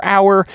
Hour